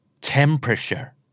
temperature